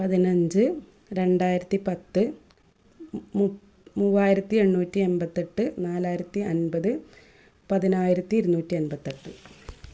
പതിനഞ്ച് രണ്ടായിരത്തിപ്പത്ത് മു മൂവായിരത്തിഎണ്ണൂറ്റിഎൺപത്തെട്ട് നാലായിരത്തി അൻപത് പതിനായിരത്തി ഇരുന്നൂറ്റി എൺപത്തെട്ട്